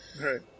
Right